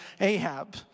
Ahab